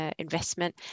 investment